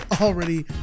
already